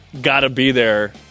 gotta-be-there